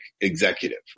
executive